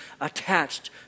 attached